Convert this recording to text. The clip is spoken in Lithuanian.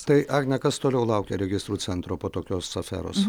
tai agne kas toliau laukia registrų centro po tokios aferos